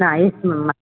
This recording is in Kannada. ಹಾಂ ಯೆಸ್ ಮ್ಯಾಮ್